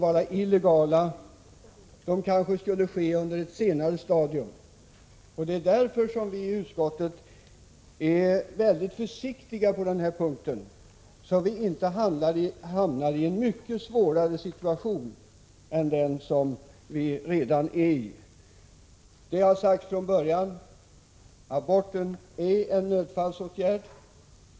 Dessa kanske också skulle ske under ett senare stadium. Det är därför vi i utskottet är mycket försiktiga på den här punkten, så att vi inte skall hamna i en mycket svårare situation än den som vi redan är i. Det har sagts från början att aborten är en nödfallsåtgärd.